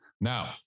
Now